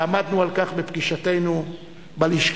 ועמדנו על כך בפגישתנו בלשכה,